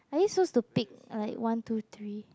are you so stupid like one two three